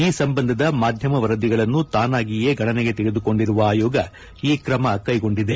ಈ ಸಂಬಂಧದ ಮಾಧ್ಯಮ ವರದಿಗಳನ್ನು ತಾನಾಗಿಯೇ ಗಣನೆಗೆ ತೆಗೆದುಕೊಂಡಿರುವ ಆಯೋಗ ಈ ಕ್ರಮ ಕೈಗೊಂಡಿದೆ